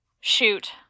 shoot